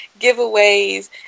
giveaways